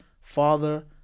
father